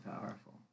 powerful